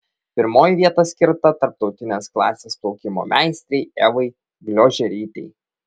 pirmoji vieta skirta tarptautinės klasės plaukimo meistrei evai gliožerytei